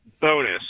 bonus